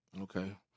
Okay